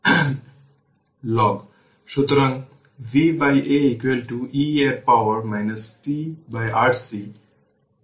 তাই t 0 এ লিখলে এটি 1 হয়ে যাবে এবং এটি A এর সমান v0 হবে